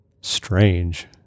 strange